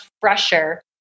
fresher